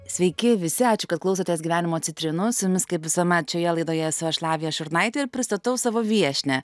sveiki visi ačiū kad klausotės gyvenimo citrinų su jumis kaip visuomet šioje laidoje savo viešnią šurnaitė ir pristatau savo viešnią